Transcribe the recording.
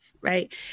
right